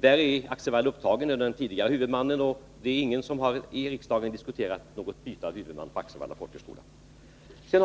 Där är Axevalla upptaget under den tidigare huvudmannen, och ingen har i riksdagen tagit upp ett byte av huvudman till diskussion.